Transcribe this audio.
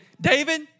David